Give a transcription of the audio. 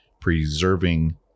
preserving